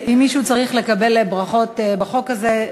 אם מישהו צריך לקבל ברכות בחוק הזה,